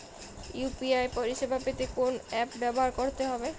UPI পরিসেবা পেতে কোন অ্যাপ ব্যবহার করতে হবে?